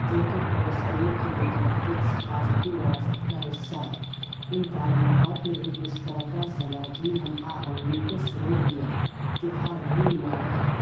جوکہ برصغیر کی متنوع ثقافتی وراثت کا حصہ ہے ان تعلقات نے ایک مشترکہ سماجی ہم آہنگی کو فروغ دیا جو آج بھی نمایاں ہے